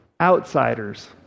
outsiders